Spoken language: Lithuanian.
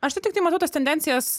aš tai tiktai matau tas tendencijas